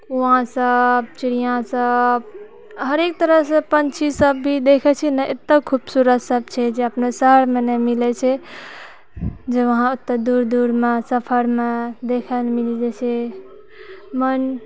कुआँसब चिड़िआसब हरेक तरहसँ पक्षीसब भी देखै छी ने एते खूबसूरत सब छै जे अपनो शहरमे नहि मिलै छै जे वहाँ ओतऽ दूर दूरमे सफरमे देखैलए मिलि जाइ छै मोन